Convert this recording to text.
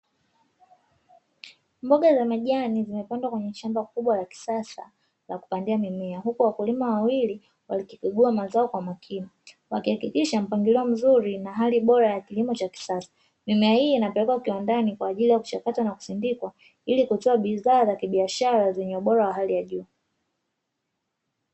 Mboga za majani, zimepandwa kwenye shamba kubwa la kisasa la kupandia mimea, huku wakulima wawili wakikagua mazao kwa umakini, wakihakikisha mpangilio mzuri na hali bora ya kilimo cha kisasa. Mimea hii inapelekwa kiwandani kwa ajili ya kuchakatwa na kusindikwa ili kutoa bidhaa za kibiashara zenye ubora wa hali ya juu.